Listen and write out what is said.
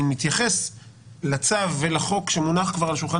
אני מתייחס לצו ולחוק שמונח כבר על שולחן